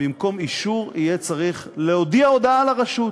במקום אישור יהיה צריך להודיע הודעה לרשות.